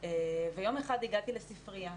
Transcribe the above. ויום אחד הגעתי לספרייה